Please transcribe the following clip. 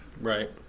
Right